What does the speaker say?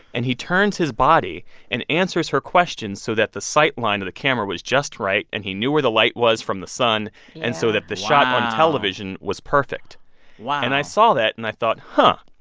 and he turns his body and answers her question so that the sight line to the camera was just right, and he knew where the light was from the sun and. yeah. so that the shot. wow. on television was perfect wow and i saw that, and i thought, huh.